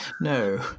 No